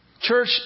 Church